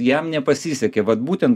jam nepasisekė vat būtent